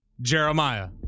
Jeremiah